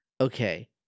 Okay